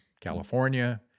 California